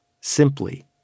simply